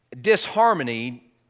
Disharmony